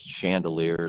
chandeliers